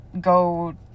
go